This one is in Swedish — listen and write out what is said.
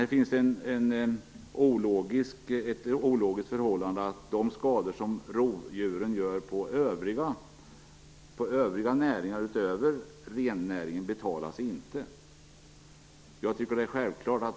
Här finns emellertid det ologiska att de skador som rovdjuren gör på övriga näringar utöver rennäringen inte betalas.